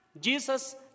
Jesus